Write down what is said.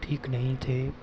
ठीक नहीं थे